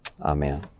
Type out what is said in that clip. Amen